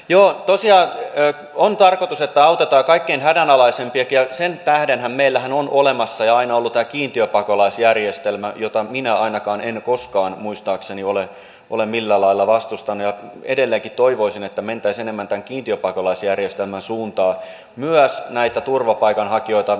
joo tosiaan on tarkoitus että autetaan kaikkein hädänalaisimpiakin ja sen tähdenhän meillä on olemassa ja aina ollut tämä kiintiöpakolaisjärjestelmä jota minä ainakaan en koskaan muistaakseni ole millään lailla vastustanut ja edelleenkin toivoisin että mentäisiin enemmän tämän kiintiöpakolaisjärjestelmän suuntaan myös näitä turvapaikanhakijoita valitessamme